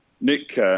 Nick